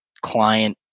client